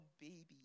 baby